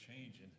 changing